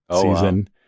season